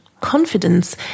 Confidence